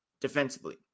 defensively